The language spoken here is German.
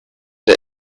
der